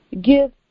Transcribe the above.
give